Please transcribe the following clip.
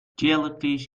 jellyfish